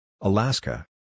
Alaska